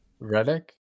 Redick